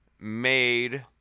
made